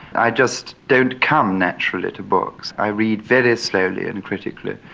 i just don't come naturally to books. i read very slowly and critically.